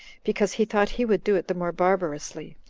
because he thought he would do it the more barbarously,